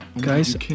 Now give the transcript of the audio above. Guys